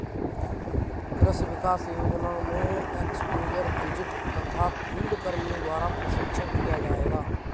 कृषि विकास योजना में एक्स्पोज़र विजिट तथा फील्ड कर्मियों द्वारा प्रशिक्षण किया जाएगा